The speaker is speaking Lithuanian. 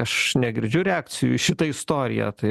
aš negirdžiu reakcijų į šitą istoriją tai